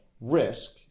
risk